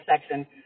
section